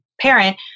parent